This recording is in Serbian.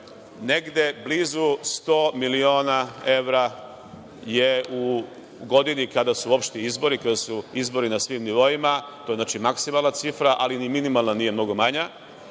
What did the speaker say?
negde blizu 100 miliona evra se u godini kada su opšti izbori, kada su izbori na svim nivoima, to znači maksimalna cifra, ali ni minimalna nije mnogo manja,